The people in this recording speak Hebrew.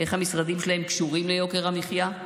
איך המשרדים שלהם קשורים ליוקר המחיה?